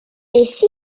six